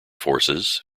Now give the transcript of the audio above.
forces